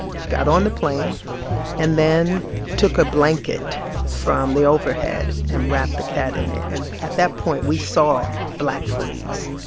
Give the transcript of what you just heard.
she got on the plane and then took a blanket from the overhead and wrapped the cat in it. and at that point, we saw black fleas,